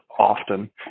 often